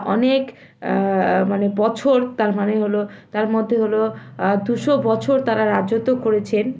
অনেক মানে বছর তার মানে হলো তার মধ্যে হলো দুশো বছর তারা রাজত্ব করেছেন